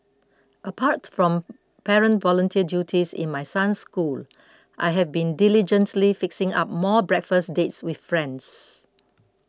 apart from parent volunteer duties in my son's school I have been diligently fixing up more breakfast dates with friends